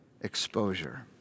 exposure